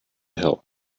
hill